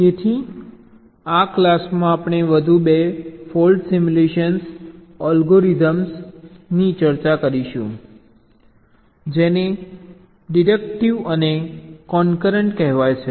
તેથી આ ક્લાસમાં આપણે વધુ 2 ફોલ્ટ સિમ્યુલેશન અલ્ગોરિધમ્સ ની ચર્ચા કરીશું જેને ડિડક્ટિવ અને કોનકરન્ટ કહેવાય છે